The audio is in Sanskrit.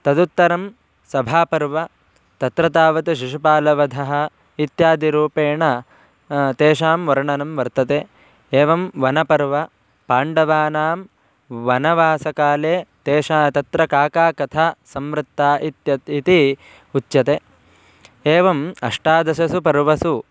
तदुत्तरं सभापर्व तत्र तावत् शिशुपालवधः इत्यादिरूपेण तेषां वर्णनं वर्तते एवं वनपर्व पाण्डवानां वनवासकाले तेषां तत्र का का कथा संवृत्ता इत्यत् इति उच्यते एवम् अष्टादशसु पर्वसु